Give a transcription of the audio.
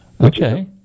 Okay